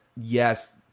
yes